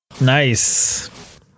Nice